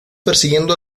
persiguiendo